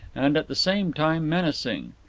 and at the same time menacing.